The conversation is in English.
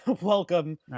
welcome